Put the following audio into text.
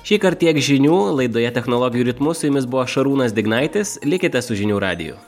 šįkart tiek žinių laidoje technologijų ritmu su jumis buvo šarūnas dignaitis likite su žinių radiju